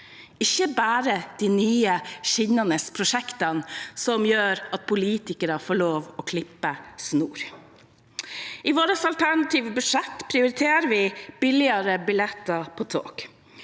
ikke bare de nye, skinnende prosjektene som gjør at politikere får lov til å klippe snorer. I vårt alternative budsjett prioriterer vi billigere billetter på tog.